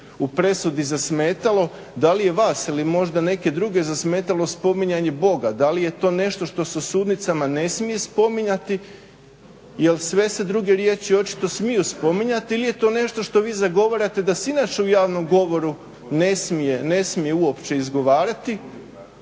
u presudi zasmetalo? Da li je vas ili možda neke druge zasmetalo spominjanje Boga, da li je to nešto što se u sudnicama ne smije spominjati? Jer sve se druge riječi očito smiju spominjati. Ili je to nešto što vi zagovarate da se inače u javnom govoru ne smije uopće izgovarati?